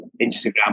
Instagram